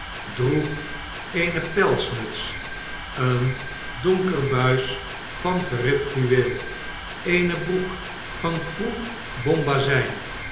droeg eene pelsmuts een donker buis van geribd fluweel eene broek van groen bombazijn